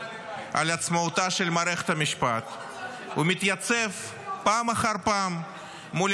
על עצמאותה של מערכת המשפט ומתייצב פעם אחר פעם מול